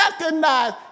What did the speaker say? recognize